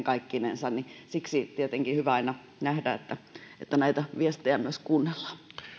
kaikkinensa ja siksi on tietenkin hyvä aina nähdä että että näitä viestejä myös kuunnellaan